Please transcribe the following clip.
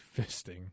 fisting